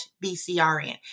B-C-R-N